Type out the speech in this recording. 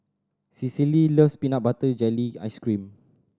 Cicely loves peanut butter jelly ice cream